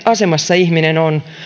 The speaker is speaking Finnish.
asemassa ihminen on